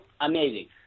amazing